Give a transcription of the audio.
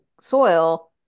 soil